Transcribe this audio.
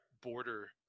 border